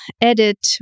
edit